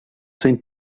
zijn